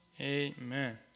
Amen